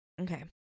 Okay